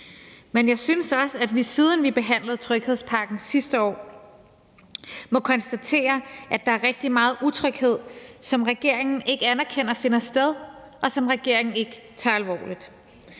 Men jeg synes også, at vi, siden vi behandlede tryghedspakken sidste år, må konstatere, at der er rigtig meget utryghed, som regeringen ikke anerkender eksisterer, og som regeringen ikke tager alvorligt.